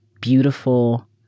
beautiful